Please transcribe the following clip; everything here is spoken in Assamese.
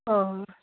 অঁ